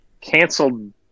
canceled